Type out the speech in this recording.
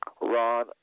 Ron